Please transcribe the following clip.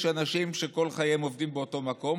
יש אנשים שכל חייהם עובדים באותו מקום,